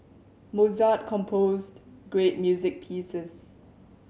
Mozart composed great music pieces